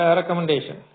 Recommendation